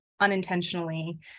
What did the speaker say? unintentionally